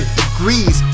degrees